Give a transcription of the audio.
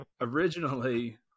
originally